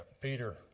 Peter